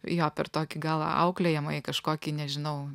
jo per tokį gal auklėjamąjį kažkokį nežinau